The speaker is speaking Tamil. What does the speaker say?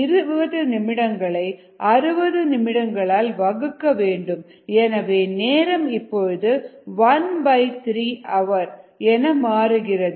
20 நிமிடங்களை 60 நிமிடங்கள் ஆல் வகுக்க வேண்டும் எனவே நேரம் இப்பொழுது ⅓ அவர் ⅓ hour என மாறுகிறது